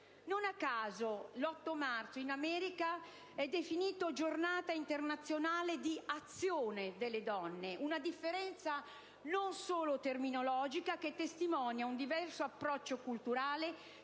Non a caso, in America, l'8 marzo è definito Giornata internazionale di azione delle donne. Una differenza non solo terminologica che testimonia un diverso approccio culturale,